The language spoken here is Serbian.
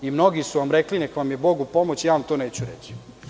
Mnogi su vam rekli – nek vam je Bog u pomoći, a ja vam to neću reći.